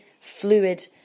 fluid